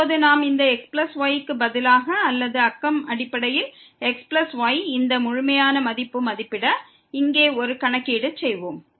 இப்போது நாம் இந்த xy க்கு பதிலாக அல்லது அக்கம் அடிப்படையில் xy இந்த முழுமையான மதிப்பு மதிப்பிட இங்கே ஒரு கணக்கீடு செய்வோம்